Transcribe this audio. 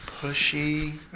Pushy